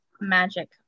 magic